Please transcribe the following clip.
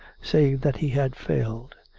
save that he had failed.